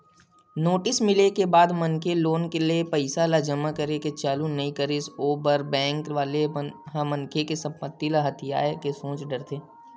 notice मिले के बाद मनखे लोन ले पइसा ल जमा करे के चालू नइ करिस ओ बेरा बेंक वाले ह मनखे के संपत्ति ल हथियाये के सोच डरथे